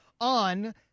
on